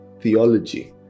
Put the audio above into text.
theology